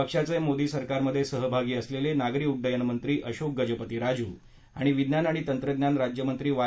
पक्षाचे मोदी सरकारमधे सहभागी नागरी उड्डयन मंत्री अशोक गजपती राजू आणि विज्ञान आणि तंत्रज्ञान राज्यमंत्री वाय